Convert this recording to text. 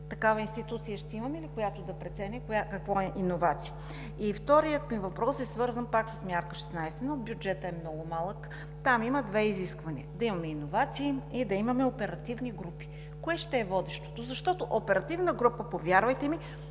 Такава институция ще имаме ли, която да преценява какво е иновация? Вторият ми въпрос е свързан пак с мярка 16.1. Бюджетът е много малък, там има две изисквания: да имаме иновации и да имаме оперативни групи. Кое ще е водещото? Защото оперативна група, повярвайте ми,